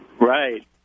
Right